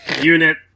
Unit